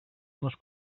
les